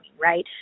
right